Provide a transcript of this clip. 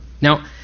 Now